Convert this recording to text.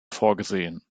vorgesehen